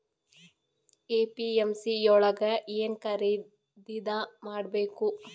APMC ಯೊಳಗ ಏನ್ ಖರೀದಿದ ಮಾಡ್ಬೇಕು?